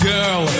Girl